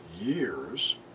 years